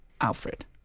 Alfred